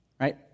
right